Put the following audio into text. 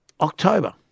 October